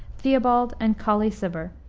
theobald and colley cibber.